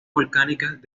volcánicas